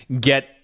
get